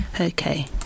okay